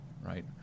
right